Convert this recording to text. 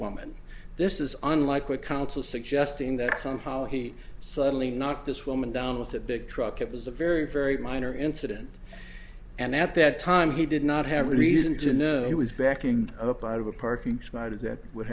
woman this is unlikely counsel suggesting that somehow he suddenly not this woman down with a big truck it was a very very minor incident and at that time he did not have a reason to know he was backing up out of a parking spot if that w